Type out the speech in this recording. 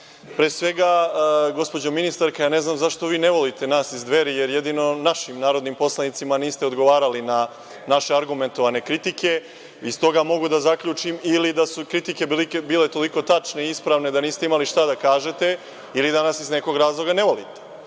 Pre svega, gospođo ministarka, ne znam zašto vi ne volite nas iz „Dveri“, jer jedino našim narodnim poslanicima niste odgovarali na naše argumentovane kritike. Iz toga mogu da zaključim ili da su kritike bile toliko tačne i ispravne da niste imali šta da kažete ili da nas iz nekog razloga ne volite. Da